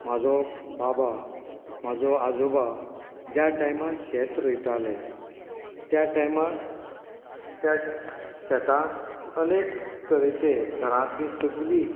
म्हजो बाबा म्हजो आजोबा ज्या टायमार शेत रोयताले त्या टायमार त्या स शेतान अनेक तरेचे घरातलीं सगलीं